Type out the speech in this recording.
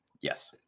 yes